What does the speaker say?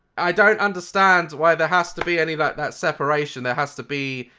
i don't understand why there has to be any of ah that separation there has to be.